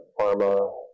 pharma